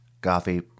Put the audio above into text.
Coffee